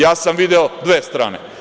Ja sam video dve strane.